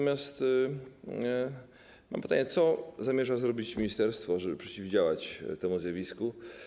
Mam pytanie: Co zamierza zrobić ministerstwo, żeby przeciwdziałać temu zjawisku?